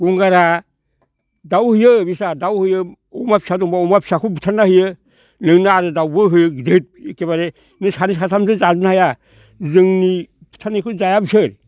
गंगारा दाउ होयो बेस्रा दाउ होयो अमा फिसा दंबा अमा फिसाखौ बुथारना हैयो नोंनो आरो दाउबो होयो गिदिर एखेबारे सानै साथामजों जाजोबनो हाया जोंनि फुथारनायखौ जाया बिसोरो